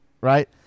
right